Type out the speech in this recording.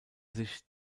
sich